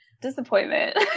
disappointment